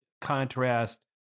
contrast